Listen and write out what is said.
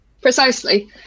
Precisely